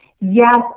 Yes